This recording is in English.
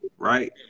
Right